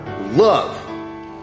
love